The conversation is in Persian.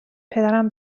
پدرم